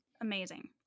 Amazing